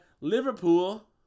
Liverpool